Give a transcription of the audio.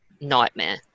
nightmare